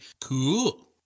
Cool